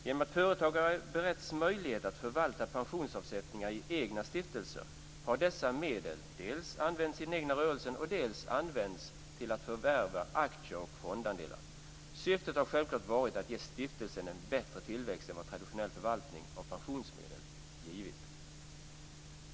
Genom att företagare beretts möjlighet att förvalta pensionsavsättningar i egna stiftelser har dessa medel dels använts i den egna rörelsen och dels använts till att förvärva aktier och fondandelar. Syftet har självklart varit att ge stiftelsen en bättre tillväxt än vad traditionell förvaltning av pensionsmedel givit.